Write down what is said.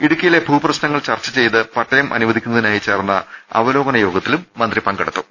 ഇടുക്കിയിലെ ഭൂപ്രശ്നങ്ങൾ ചർച്ച ചെയ്ത് പട്ടയം അനുവദി ക്കുന്നതിനായി ചേർന്ന അവലോകന യോഗത്തിലും മന്ത്രി പങ്കെടു ത്തു